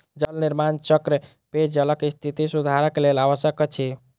जल निर्माण चक्र पेयजलक स्थिति सुधारक लेल आवश्यक अछि